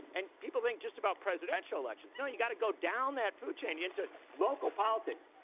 and people think just about presidential elections. no. you've got to go down that food chain into local politics.